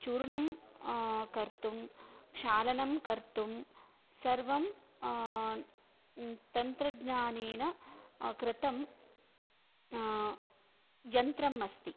चूर्णं कर्तुं क्षालनं कर्तुं सर्वं तन्त्रज्ञानेन कृतं यन्त्रम् अस्ति